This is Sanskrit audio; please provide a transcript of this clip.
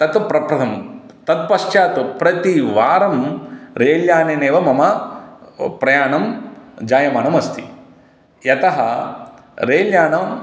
तत् प्रथमं तत् पश्चात् प्रति वारं रेल्यानेनैव मम प्रयाणं जायमानमस्ति यतः रेल्यानं